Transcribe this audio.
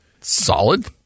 Solid